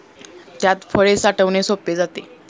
त्यात फळे साठवणे सोपे जाते